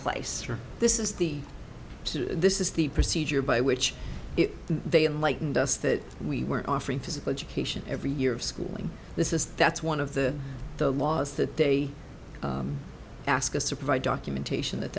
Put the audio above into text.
place this is the this is the procedure by which they lightened us that we weren't offering physical education every year of schooling this is that's one of the the laws that they ask us to provide documentation that